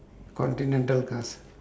continental cars